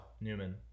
Newman